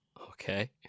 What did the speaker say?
Okay